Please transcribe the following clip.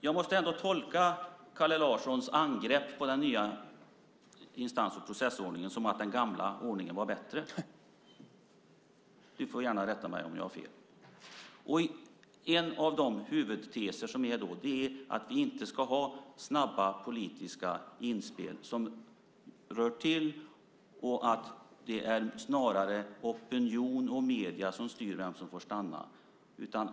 Jag måste tolka Kalle Larssons angrepp på den nya instans och processordningen som att han menar att den gamla ordningen var bättre. Du får gärna rätta mig om jag har fel. En av de huvudteser som har varit vägledande är att vi inte ska ha snabba politiska inspel som rör till eller att det snarare är opinion och medier som styr vem som får stanna.